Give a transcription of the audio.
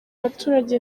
baturage